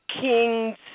King's